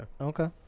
Okay